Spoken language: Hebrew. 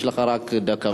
יש לך רק דקה וחצי.